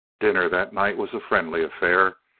dinner that night was a friendly affair,